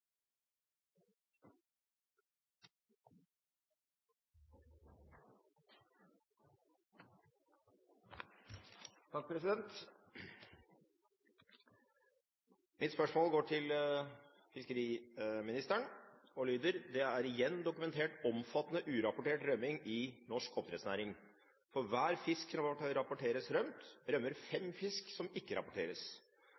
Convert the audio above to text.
og lyder: «Det er igjen dokumentert omfattende urapportert rømming i oppdrettsnæringa. For hver fisk som rapporteres rømt, rømmer